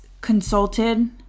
consulted